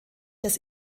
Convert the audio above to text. des